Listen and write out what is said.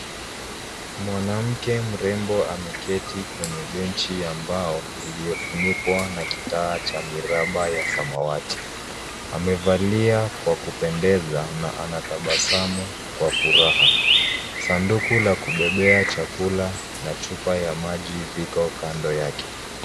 Mwanamke mrembo ameketi kwenye benchi ya mbao iliyofunikwa na kitaa cha kitaa cha miraba ya samawati. Amevalia kwa kupendeza na anatabasamu kwa furaha. Sanduku la kubebea chakula na chupa ya maji viko kando yake.